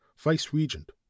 vice-regent